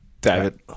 David